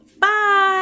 bye